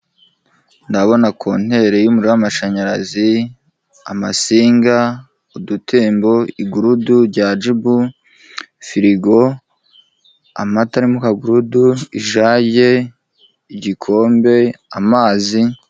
Ndabona ku ntere y'umuriro w'amashanyarazi amasinga udutembo igurudu rya jibu firigo amata kagudu ijaye, igikombe, amazi.